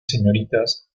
señoritas